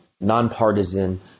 nonpartisan